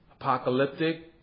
Apocalyptic